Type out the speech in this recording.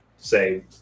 say